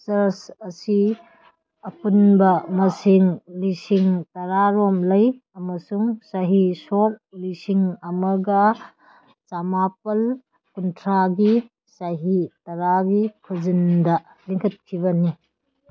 ꯆꯔꯁ ꯑꯁꯤ ꯑꯄꯨꯟꯕ ꯃꯁꯤꯡ ꯂꯤꯁꯤꯡ ꯇꯔꯥꯔꯣꯝ ꯂꯩ ꯑꯃꯁꯨꯡ ꯆꯍꯤ ꯁꯣꯛ ꯂꯤꯁꯤꯡ ꯑꯃꯒ ꯆꯃꯥꯄꯜ ꯀꯨꯟꯊ꯭ꯔꯥꯒꯤ ꯆꯍꯤ ꯇꯔꯥꯒꯤ ꯈꯨꯖꯤꯟꯗ ꯂꯤꯡꯈꯠꯈꯤꯕꯅꯤ